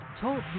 Talk